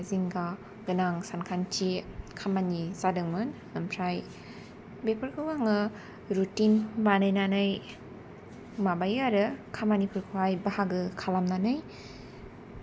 जिंगा गोनां सानखांथि खामानि जादोंमोन ओमफ्राय बेफोरखौ आङो रुथिन बानायनानै माबायो आरो खामानिफोरखौ हाय बाहागो खालामनानै